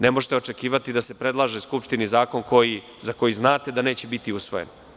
Ne možete očekivati da se predlaže Skupštini zakon za koji znate da neće biti usvojen.